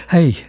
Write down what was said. Hey